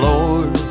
Lord